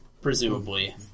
presumably